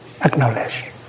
acknowledge